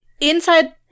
Inside